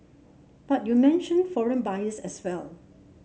but you mentioned foreign buyers as well